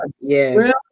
Yes